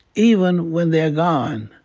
even when they're gone.